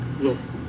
yes